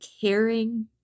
caring